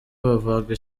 bavaga